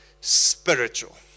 spiritual